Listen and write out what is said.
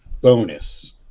bonus